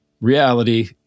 reality